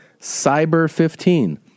Cyber15